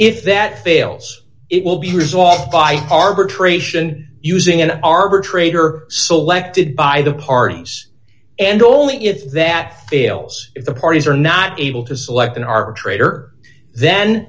if that fails it will be resolved by arbitration using an arbitrator selected by the parties and only if that fails if the parties are not able to select an arbitrator then